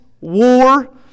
war